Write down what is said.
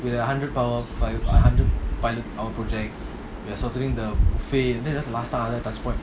with a hundred power by a hundred pilot our project we're suffering the then that's the last time